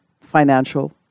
financial